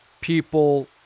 people